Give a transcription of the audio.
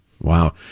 wow